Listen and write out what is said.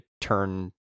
turn